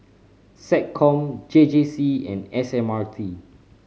SecCom J J C and S M R T